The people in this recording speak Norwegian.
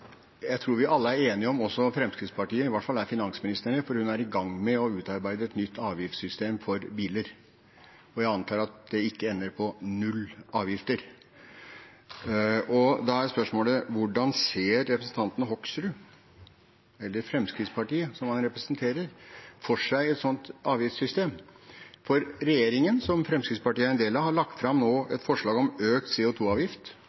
Jeg tror vi alle er enige – også Fremskrittspartiet, i hvert fall er finansministeren det, for hun er i gang med å utarbeide et nytt avgiftssystem for biler, og jeg antar at det ikke ender på null avgifter. Da er spørsmålet: Hvordan ser representanten Hoksrud – eller Fremskrittspartiet, som han representerer – for seg et sånt avgiftssystem? Regjeringen, som Fremskrittspartiet er en del av, har nå lagt fram